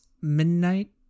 midnight